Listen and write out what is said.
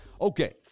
Okay